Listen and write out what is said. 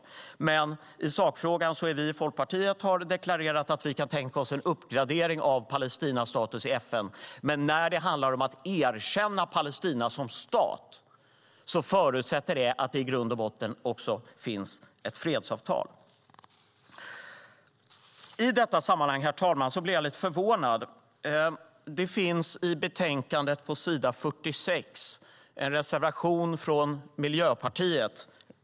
När det gäller sakfrågan har vi i Folkpartiet deklarerat att vi kan tänka oss en uppgradering av Palestinas status i FN. När det handlar om att erkänna Palestina som stat förutsätter det att det i grunden finns ett fredsavtal. I detta sammanhang blir jag, herr talman, lite förvånad. På s. 46 i betänkandet finns en reservation från Miljöpartiet.